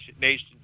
nation